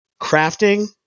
crafting